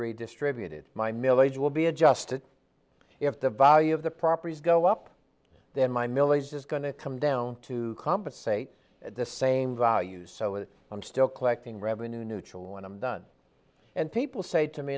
redistributed my milage will be adjusted if the value of the properties go up then my milage is going to come down to compensate at the same value so if i'm still collecting revenue neutral when i'm done and people say to me